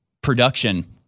production